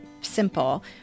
simple